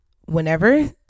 Whenever